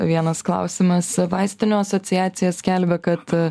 vienas klausimas vaistinių asociacija skelbia kad